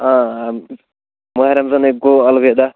ماہِ رمضان ہے گوٚو الوداع